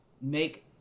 make